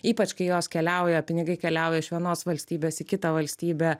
ypač kai jos keliauja pinigai keliauja iš vienos valstybės į kitą valstybę